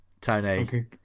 Tony